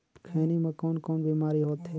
खैनी म कौन कौन बीमारी होथे?